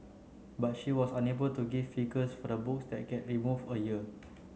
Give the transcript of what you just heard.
but she was unable to give figures for the books that get remove a year